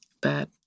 bad